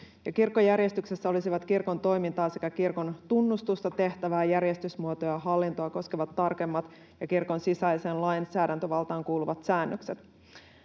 kirkkojärjestyksessä olisivat kirkon toimintaa sekä kirkon tunnustusta, tehtävää, järjestysmuotoa ja hallintoa koskevat tarkemmat ja kirkon sisäiseen lainsäädäntövaltaan kuuluvat säännökset.